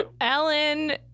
Ellen